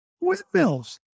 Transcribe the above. Windmills